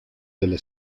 delle